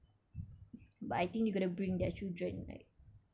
but I think they got to bring their children right